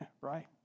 right